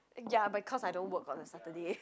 ya but cause I don't work on a Saturday